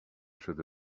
شده